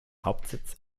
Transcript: hauptsitz